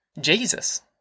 Jesus